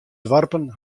doarpen